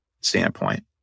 standpoint